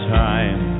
time